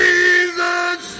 Jesus